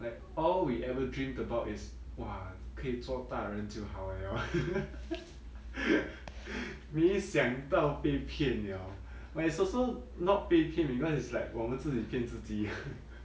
like all we ever dreamt about his !wah! 可以做大人就好 liao really 想到被骗 liao now but it's also not 被骗 because is like 我们自己骗自己